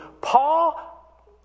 Paul